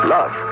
Love